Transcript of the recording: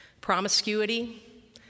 Promiscuity